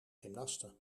gymnaste